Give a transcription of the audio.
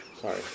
Sorry